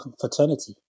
fraternity